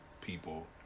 people